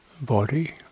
body